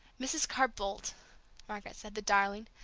mrs. carr-boldt! margaret said, the darling!